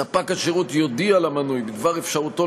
ספק השירות יודיע למנוי בדבר אפשרותו